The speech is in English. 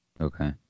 Okay